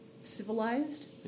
civilized